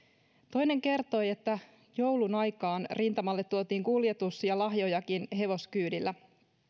toinen kertoi että joulun aikaan rintamalle tuotiin kuljetus ja lahjojakin hevoskyydillä